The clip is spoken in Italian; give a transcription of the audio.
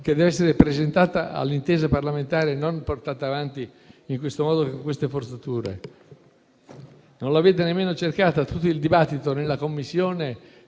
che dev'essere presentata all'intesa parlamentare, non portata avanti in questo modo, con queste forzature. L'intesa non l'avete nemmeno cercata in tutto il dibattito nella Commissione